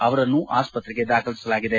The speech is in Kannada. ಅವರನ್ನು ಆಸ್ಪತ್ರೆಗೆ ದಾಖಲಿಸಲಾಗಿದೆ